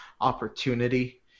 opportunity –